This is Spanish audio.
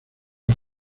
las